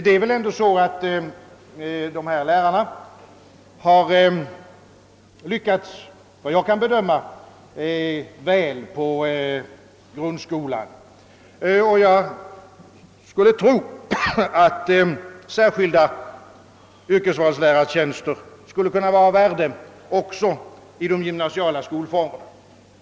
Det är väl ändå så, att det slaget av lärare, såvitt jag kan bedöma, har lyckats väl på grundskolan. Jag skulle tro, att särskilda yrkesvalslärartjänster skulle kunna vara av värde också inom de gymnasiala skolformerna.